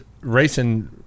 racing